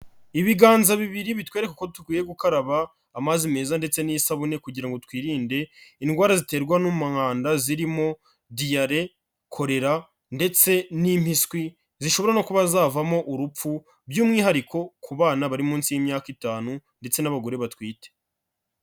Ibiganza bibiri bitwereka ko dukwiye gukaraba amazi meza ndetse n'isabune kugira ngo twirinde indwara ziterwa n'umwanda zirimo diyare, korera ndetse n'impiswi, zishobora no kuba zavamo urupfu, by'umwihariko ku bana bari munsi y'imyaka itanu ndetse n'abagore batwite.